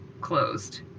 closed